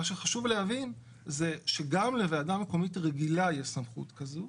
מה שחשוב להבין זה שגם לוועדה מקומית רגילה יש סמכות כזו.